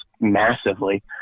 massively